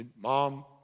mom